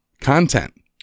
content